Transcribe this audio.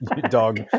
dog